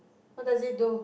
what does it do